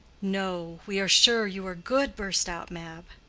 no, we are sure you are good, burst out mab.